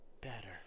better